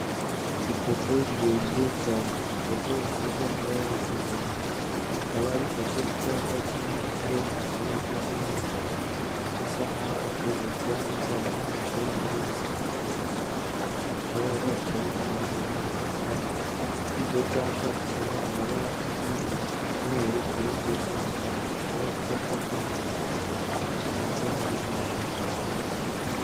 Ipoto rirerire cyane. Ipoto risize amabara y'ikigina. Rikaba rifashe icyapa kinini kiriho umugabo wifashe neza usa nkaho akuze. Kuruhande rwayo ni umugore nawe usa nkaho akuze. Bakaba bicaye inyuma yabo hari utwatsi. Kuri icyo cyapa kiriho amabara y'umweru, ubururu ndetse n'icyatsi. Akaba ari icyapa cyamamaza company y'Ubwishingizi.